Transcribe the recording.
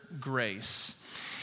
grace